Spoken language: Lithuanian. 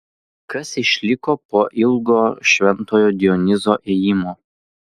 kas išliko po ilgo šventojo dionizo ėjimo